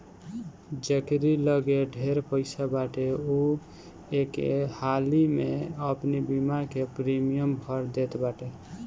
जकेरी लगे ढेर पईसा बाटे उ एके हाली में अपनी बीमा के प्रीमियम भर देत बाटे